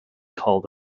called